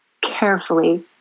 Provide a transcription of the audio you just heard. carefully